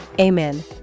Amen